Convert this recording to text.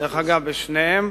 דרך אגב, בשניהם,